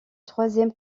troisième